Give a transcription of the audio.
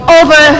over